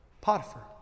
Potiphar